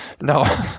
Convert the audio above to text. No